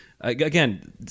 again